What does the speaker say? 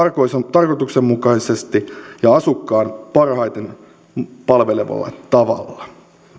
tarkoituksenmukaisesti ja asukkaita parhaiten palvelevalla tavalla